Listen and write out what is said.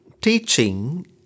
teaching